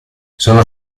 sono